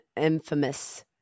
infamous